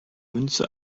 münze